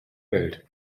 welt